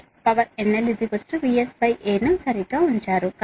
అంటే ఈ సమీకరణంలో మీరు VRNL VSA ను ఉంచారు